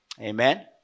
Amen